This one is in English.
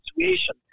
situation